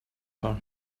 her